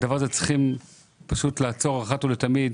צריך לעצור את זה אחת ולתמיד.